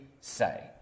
say